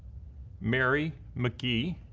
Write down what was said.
mary mcgehee,